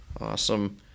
Awesome